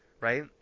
right